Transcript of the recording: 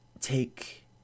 take